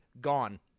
gone